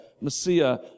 Messiah